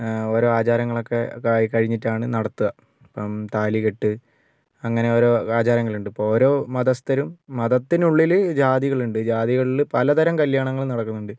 ഓരോ ആചാരങ്ങൾ ഒക്കെ കഴിഞ്ഞിട്ടാണ് നടത്തുക ഇപ്പം താലികെട്ട് അങ്ങനെ ഓരോ ആചാരങ്ങളുണ്ട് ഇപ്പോൾ ഓരോ മതസ്ഥരും മതത്തിനുള്ളിൽ ജാതികൾ ഉണ്ട് ജാതികളിൽ പലതരം കല്യാണങ്ങൾ നടക്കുന്നുണ്ട്